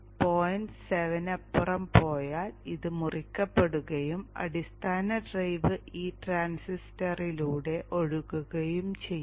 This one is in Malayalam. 7 നപ്പുറം പോയാൽ ഇത് മുറിക്കപ്പെടുകയും അടിസ്ഥാന ഡ്രൈവ് ഈ ട്രാൻസിസ്റ്ററിലൂടെ ഒഴുകുകയും ചെയ്യും